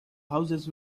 houses